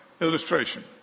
Illustration